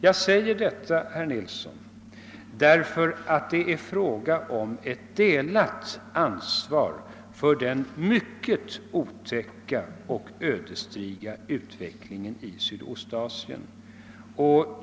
Jag säger detta, herr Nilsson, därför att det är fråga om ett delat ansvar för den mycket otäcka och ödesdigra utvecklingen i Sydostasien.